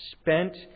spent